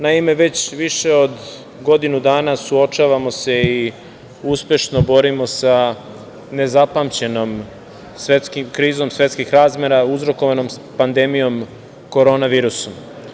Naime, već više od godinu dana suočavamo se i uspešno borimo sa nezapamćenom krizom svetskih razmera uzrokovanom pandemijom korona virusa.